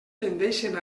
tendeixen